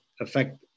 affect